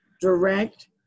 direct